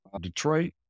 Detroit